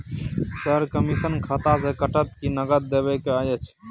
Sir, commission खाता से कटत कि नगद देबै के अएछ?